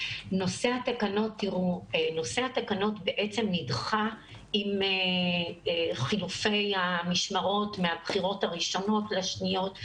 נושא התקנות בעצם נדחה עם חילופי המשמרות מהבחירות הראשונות לשניות,